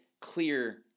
clear